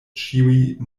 ĉiuj